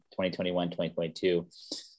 2021-2022